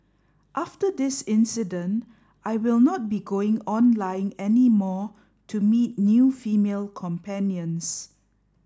after this incident I will not be going online any more to meet new female companions